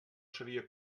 seria